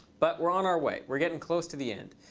but we're on our way. we're getting close to the end.